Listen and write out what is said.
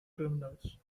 criminals